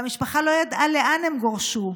והמשפחה לא ידעה לאן הם גורשו.